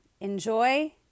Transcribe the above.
Enjoy